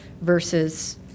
versus